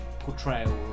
portrayal